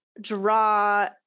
draw